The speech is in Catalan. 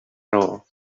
raó